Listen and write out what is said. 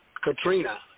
Katrina